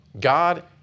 God